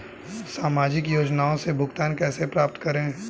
सामाजिक योजनाओं से भुगतान कैसे प्राप्त करें?